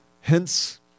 Hence